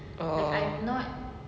oh